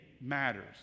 matters